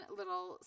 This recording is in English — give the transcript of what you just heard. little